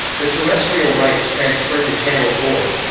the terrestrial rights transfer to channel four.